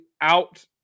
out